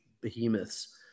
behemoths